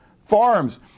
farms